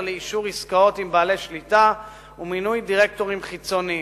לאישור עסקאות עם בעלי שליטה ומינוי דירקטורים חיצוניים.